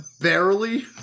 barely